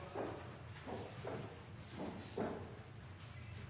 tok